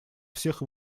всех